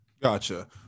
Gotcha